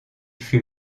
fut